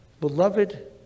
beloved